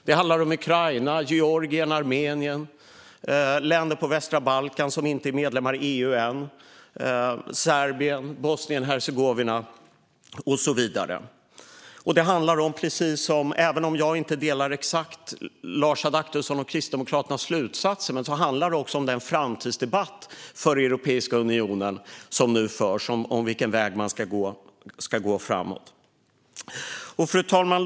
Det handlar om Ukraina, Georgien, Armenien och länder på västra Balkan som inte är medlemmar i EU än: Serbien, Bosnien och Hercegovina och så vidare. Jag delar inte exakt Lars Adaktussons och Kristdemokraternas slutsatser, men det handlar också om den debatt om Europeiska unionens framtid som nu förs, om vilken väg man ska gå framåt. Fru talman!